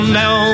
now